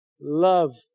Love